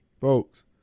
Folks